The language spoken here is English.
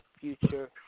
future